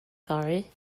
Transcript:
fory